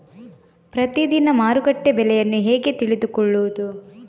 ಪ್ರತಿದಿನದ ಮಾರುಕಟ್ಟೆ ಬೆಲೆಯನ್ನು ಹೇಗೆ ತಿಳಿದುಕೊಳ್ಳುವುದು?